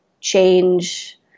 change